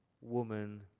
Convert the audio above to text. woman